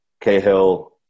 Cahill